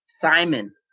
Simon